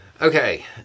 Okay